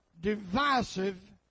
divisive